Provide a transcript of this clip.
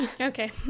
Okay